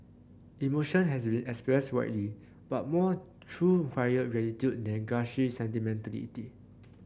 emotion has been expressed widely but more through quiet gratitude than gushy sentimentality